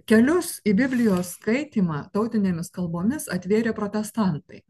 kelius į biblijos skaitymą tautinėmis kalbomis atvėrė protestantai